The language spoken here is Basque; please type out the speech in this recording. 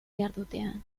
jardutean